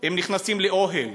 הם נכנסים לאוהל,